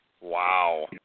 Wow